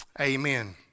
amen